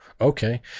Okay